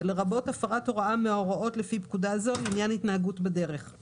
לרבות הפרת הוראה מההוראות לפי פקודה זו לעניין התנהגות בדרך;